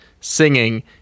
singing